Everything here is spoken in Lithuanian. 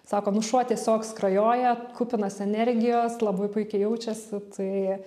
sako nu šuo tiesiog skrajoja kupinas energijos labai puikiai jaučiasi tai